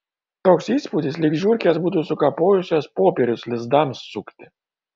toks įspūdis lyg žiurkės būtų sukapojusios popierius lizdams sukti